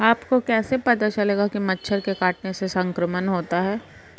आपको कैसे पता चलेगा कि मच्छर के काटने से संक्रमण होता है?